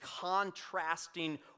contrasting